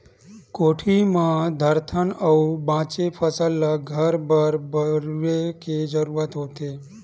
कोठी म धरथन अउ बाचे फसल ल घर बर बउरे के जरूरत होथे